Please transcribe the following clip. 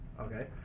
Okay